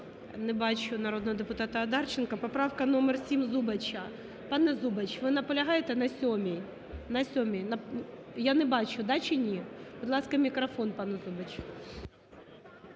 Не бачу народного депутата Одарченка. Поправка номер 7 Зубача. Пане Зубач, ви наполягаєте на 7-ій? Я не бачу, да чи ні? Будь ласка, мікрофон пану Зубачу.